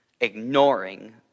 ignoring